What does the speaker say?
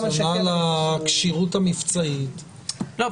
רציונל הכשירות המבצעית --- לא.